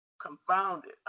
Confounded